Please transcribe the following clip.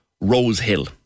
Rosehill